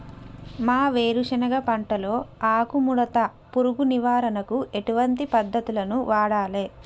మా వేరుశెనగ పంటలో ఆకుముడత పురుగు నివారణకు ఎటువంటి పద్దతులను వాడాలే?